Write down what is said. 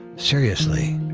seriously,